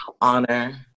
honor